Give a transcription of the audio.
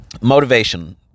motivation